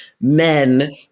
men